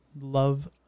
Love